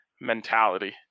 mentality